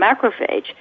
macrophage